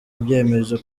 ibyemezo